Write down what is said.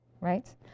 right